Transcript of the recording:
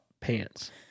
pants